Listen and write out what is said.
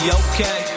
okay